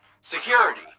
Security